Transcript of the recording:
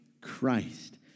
Christ